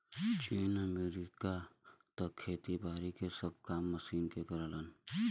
चीन, अमेरिका त खेती बारी के सब काम मशीन के करलन